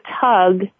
tug